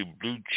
blue